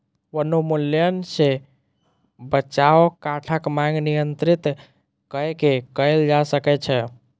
वनोन्मूलन सॅ बचाव काठक मांग नियंत्रित कय के कयल जा सकै छै